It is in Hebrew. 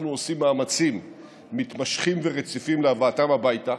אנחנו עושים מאמצים מתמשכים ורציפים להבאתם הביתה.